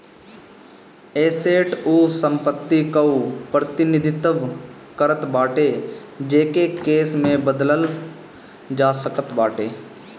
asset उ संपत्ति कअ प्रतिनिधित्व करत बाटे जेके कैश में बदलल जा सकत बाटे